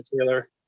Taylor